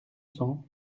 cents